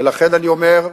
ולכן אני אומר: